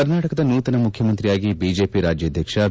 ಕರ್ನಾಟಕದ ನೂತನ ಮುಖ್ಚಮಂತ್ರಿಯಾಗಿ ಬಿಜೆಪಿ ರಾಜ್ಯಾಧ್ಯಕ್ಷ ಬಿ